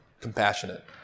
compassionate